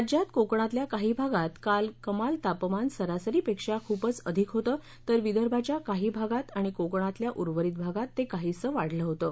राज्यात कोकणातल्या काही भागात काल कमाल तापमान सरासरीपेक्षा खूपच अधिक होतं तर विदर्भाच्या काही भागात आणि कोकणातल्या उर्वरित भागात ते काहीसं वाढलं होतं